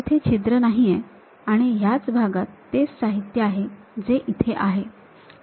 तिथे छिद्र नाही आहे आणि या भागात तेच साहित्य आहे जे इथे आहे